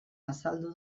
azaldu